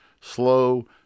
slow